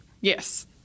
Yes